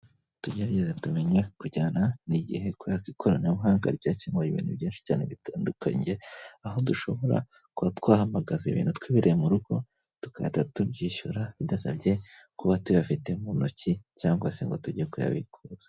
Tugerageze tumenye kujyana n'igihe kubera ko ikoranabuhanga ryakemuye ibintu byinshi cyane bitandukanye, aho dushobora kuba twahamagaza ibintu twibereye mu rugo tukahita tubyishyura bidasabye kuba tuyafite mu ntoki cyangwa se ngo tujye kuyabikuza.